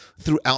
throughout